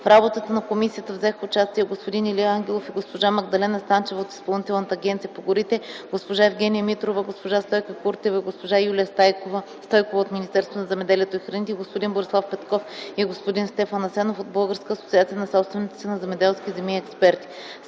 В работата на комисията взеха участие господин Илия Ангелов и госпожа Магдалена Станчева от Изпълнителната агенция по горите, госпожа Евгения Митрова, госпожа Стойка Куртева и госпожа Юлия Стойкова от Министерството на земеделието и храните, господин Борислав Петков и господин Стефан Асенов от Българска асоциация на собственици на земеделски земи и експерти.